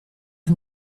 que